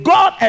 God